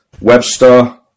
Webster